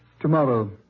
Tomorrow